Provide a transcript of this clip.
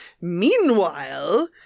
Meanwhile